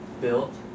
built